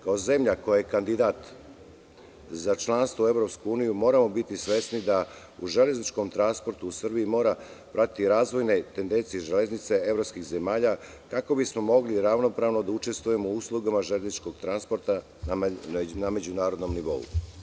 Kao zemlja koja je kandidat za članstvo u EU moramo biti svesni da u železničkom transportu u Srbiji mora pratiti razvojne tendencije železnice evropskih zemalja kako bismo mogli ravnopravno da učestvujemo u uslugama zajedničkog transporta na međunarodnom nivou.